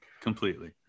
completely